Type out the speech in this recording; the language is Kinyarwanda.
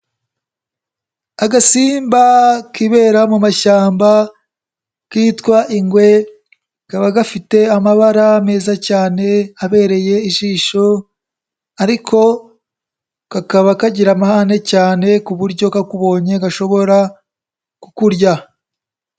Agasimba kibera mu mumashyamba kitwa ingwe, kaba gafite amabara meza cyane abereye ijisho, ariko kakaba kagira amahane cyane ku buryo kakubonye gashobora kukurya.